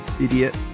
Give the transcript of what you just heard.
idiot